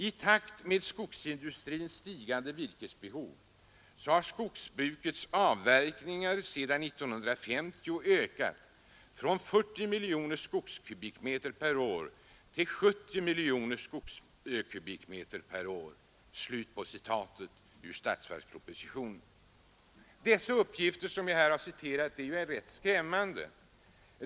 I takt med skogsindustriernas stigande virkesbehov har skogsbrukets avverkningar sedan år 1950 ökat från 40 milj. skogskubikmeter per år till 70 milj. m?sk per år.” De uppgifter som jag här har återgivit är ju rätt skrämmande.